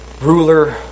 ruler